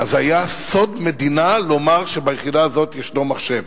היה סוד מדינה לומר שביחידה הזאת יש מחשב.